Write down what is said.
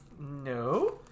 No